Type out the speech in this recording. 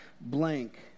blank